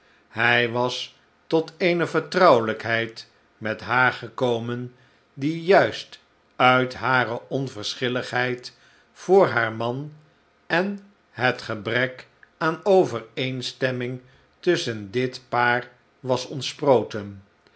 hij was tot eene vertrouwelijkheid met haar gekomen die juist uit hare onverschilligheid voor haar man en het gebrek aan overeenstemming tusschen dit paar was